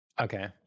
Okay